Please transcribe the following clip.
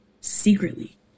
secretly